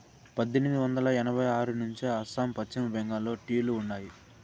పద్దెనిమిది వందల ఎనభై ఆరు నుంచే అస్సాం, పశ్చిమ బెంగాల్లో టీ లు ఉండాయి